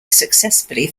successfully